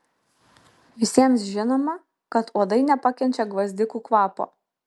visiems žinoma kad uodai nepakenčia gvazdikų kvapo